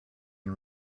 and